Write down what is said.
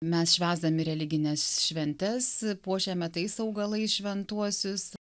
mes švęsdami religines šventes puošiame tais augalais šventuosius